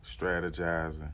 strategizing